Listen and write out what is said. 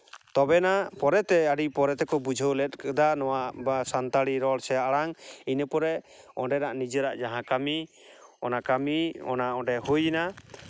ᱛᱚᱵᱮᱱᱟ ᱯᱚᱨᱮᱛᱮ ᱟᱹᱰᱤ ᱯᱚᱨᱮ ᱛᱮᱠᱚ ᱵᱩᱡᱷᱟᱹᱣ ᱞᱮᱫ ᱠᱮᱫᱟ ᱱᱚᱣᱟ ᱵᱟ ᱥᱟᱱᱛᱟᱲᱤ ᱨᱚᱲ ᱥᱮ ᱟᱲᱟᱝ ᱤᱱᱟᱹᱯᱚᱨᱮ ᱚᱸᱰᱮᱱᱟᱜ ᱡᱟᱦᱟᱸ ᱱᱤᱡᱮᱨᱟᱜ ᱠᱟᱹᱢᱤ ᱚᱱᱟ ᱠᱟᱹᱢᱤ ᱚᱱᱟ ᱚᱸᱰᱮ ᱦᱩᱭᱱᱟ